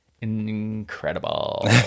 incredible